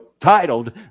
titled